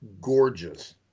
gorgeous